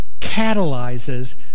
catalyzes